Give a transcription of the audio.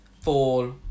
fall